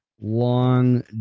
long